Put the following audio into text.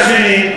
לי.